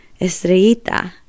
Estrellita